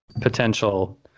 potential